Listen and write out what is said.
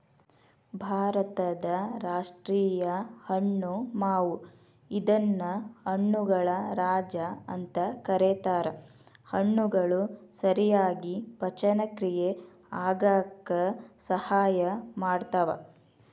ಭಾರತದ ರಾಷ್ಟೇಯ ಹಣ್ಣು ಮಾವು ಇದನ್ನ ಹಣ್ಣುಗಳ ರಾಜ ಅಂತ ಕರೇತಾರ, ಹಣ್ಣುಗಳು ಸರಿಯಾಗಿ ಪಚನಕ್ರಿಯೆ ಆಗಾಕ ಸಹಾಯ ಮಾಡ್ತಾವ